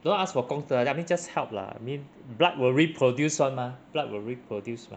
don't ask for 功德 I mean just help lah I mean blood will reproduce [one] mah blood will reproduce [what]